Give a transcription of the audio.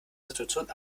situation